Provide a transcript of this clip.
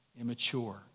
immature